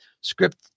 script